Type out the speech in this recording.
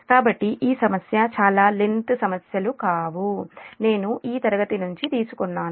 కాబట్టి ఈ సమస్య చాలా లెంత్ సమస్యలు కావు నేను ఈ తరగతి నుంచి తీసుకున్నారు